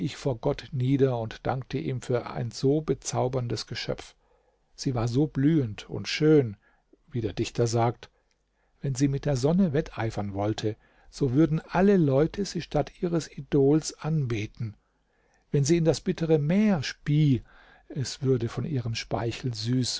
vor gott nieder und dankte ihm für ein so bezauberndes geschöpf sie war so blühend und schön wie der dichter sagt wenn sie mit der sonne wetteifern wollte so würden alle leute sie statt ihres idols anbeten wenn sie in das bittere meer spie es würde von ihrem speichel süß